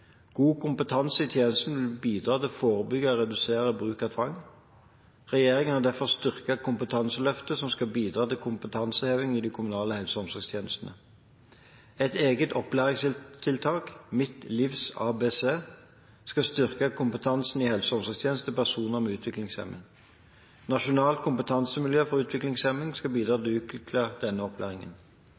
God kompetanse i tjenesten vil bidra til å forebygge og redusere bruk av tvang. Regjeringen har derfor styrket Kompetanseløftet, som skal bidra til kompetanseheving i de kommunale helse- og omsorgstjenestene. Et eget opplæringstiltak, «Mitt livs ABC», skal styrke kompetansen i helse- og omsorgstjenestene til personer med utviklingshemning. Nasjonalt kompetansemiljø om utviklingshemming skal bidra til å utvikle denne opplæringen.